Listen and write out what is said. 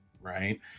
right